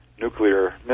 nuclear